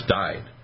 died